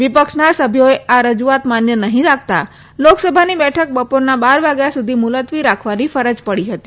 વિપક્ષના સભ્યોએ આ રજૂઆત માન્ય નહીં રાખતા લોકસભાની બેઠક બપોરના બાર વાગ્યા સુધી મુલતવી રાખવાની ફરજ પડી હતી